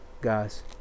guys